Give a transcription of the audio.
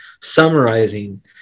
summarizing